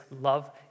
love